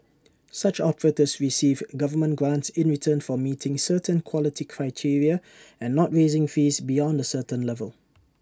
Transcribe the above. such operators receive government grants in return for meeting certain quality criteria and not raising fees beyond A certain level